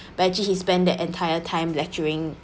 but actually he spent the entire time lecturing